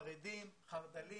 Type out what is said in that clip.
חרדים, חרדלים,